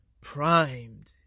primed